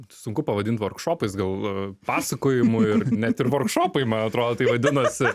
sunku pavadinti vorkšopais gal pasakojimų ir net ir vorkšopai man atrodo tai vadinosi